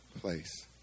place